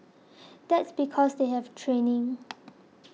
that's because they have training